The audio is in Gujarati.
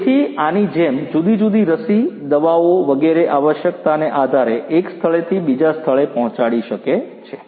તેથી આની જેમ જુદી જુદી રસી દવાઓ વગેરે આવશ્યકતાને આધારે એક સ્થળેથી બીજા સ્થળે પહોચાડી શકે છે